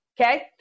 okay